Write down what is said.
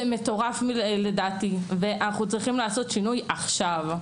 אנחנו צריכים לעשות שינוי עכשיו.